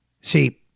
See